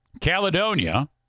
Caledonia